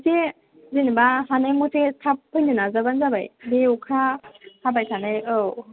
एसे जेनेबा हानाय मथे थाब फैनो नाजाबानो जाबाय बे अखा हाबाय थानाय औ